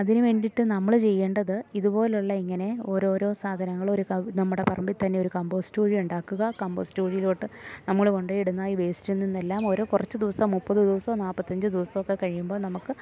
അതിനു വേണ്ടിയിട്ട് നമ്മൾ ചെയ്യേണ്ടത് ഇതുപോലെയുള്ള ഇങ്ങനെ ഓരോരോ സാധനങ്ങൾ ഒരു നമ്മുടെ പറമ്പിൽ തന്നെ ഒരു കമ്പോസ്റ്റ് കുഴി ഉണ്ടാക്കുക കമ്പോസ്റ്റ് കുഴിയിലോട്ട് നമ്മൾ കൊണ്ടു പോയിടുന്നതായി ഈ വേസ്റ്റിൽ നിന്നെല്ലാം ഓരോ കുറച്ച് ദിവസം മുപ്പത് ദിവസമോ നാൽപ്പത്തഞ്ച് ദിവസമോ ഒക്കെ കഴിയുമ്പോൾ നമുക്ക്